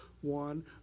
one